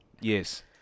Yes